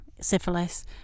Syphilis